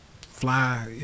fly